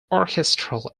orchestral